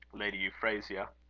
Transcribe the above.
lady euphrasia.